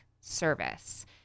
service